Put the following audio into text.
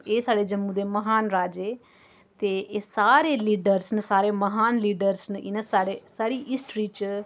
एह् साढ़े जम्मू दे महान राजे ते एह् सारे लीडर्स न सारे महान लीडर्स न इनें साढ़े साढ़ी हिस्टरी च